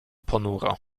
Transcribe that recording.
ponuro